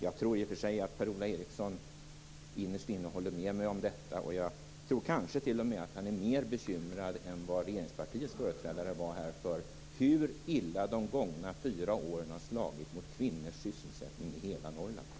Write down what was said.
Jag tror i och för sig att Per-Ola Eriksson innerst inne håller med mig om detta. Jag tror kanske t.o.m. att han är mer bekymrad än vad regeringspartiets företrädare var över hur illa de gångna fyra åren har slagit mot kvinnors sysselsättning i hela Norrland.